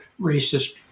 racist